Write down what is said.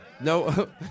No